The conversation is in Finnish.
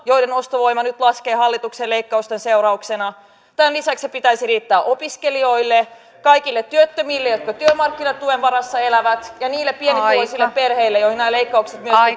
joiden ostovoima nyt laskee hallituksen leikkausten seurauksena tämän lisäksi sen pitäisi riittää opiskelijoille kaikille työttömille jotka työmarkkinatuen varassa elävät ja niille pienituloisille perheille joihin nämä leikkaukset myöskin